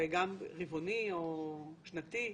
גם רבעוני, או שנתי?